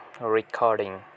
recording